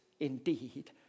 Indeed